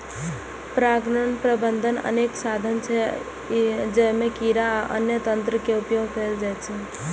परागण प्रबंधनक अनेक साधन छै, जइमे कीड़ा आ अन्य तंत्र के उपयोग कैल जाइ छै